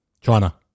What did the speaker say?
China